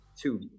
two